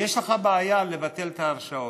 ויש לך בעיה לבטל את ההרשאות.